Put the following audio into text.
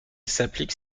s’applique